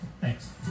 Thanks